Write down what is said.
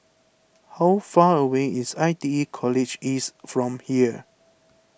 how far away is I T E College East from here